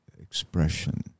expression